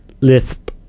lisp